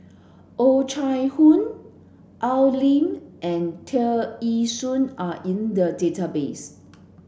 Oh Chai Hoo Al Lim and Tear Ee Soon are in the database